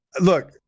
look